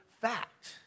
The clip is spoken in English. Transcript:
fact